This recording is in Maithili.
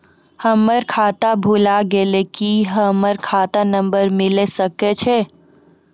हमर खाता भुला गेलै, की हमर खाता नंबर मिले सकय छै?